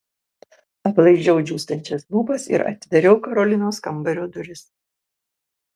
aplaižiau džiūstančias lūpas ir atidariau karolinos kambario duris